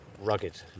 rugged